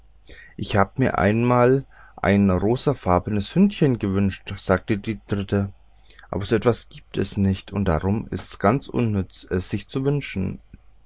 ich habe mir einmal ein rosenfarbenes hündchen gewünscht sagte die dritte aber so etwas gibt es nicht und darum ist's ganz unnütz es sich zu wünschen